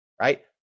right